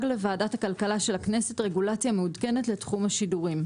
לוועדת הכלכלה של הכנסת רגולציה מעודכנת לתחום השידורים'.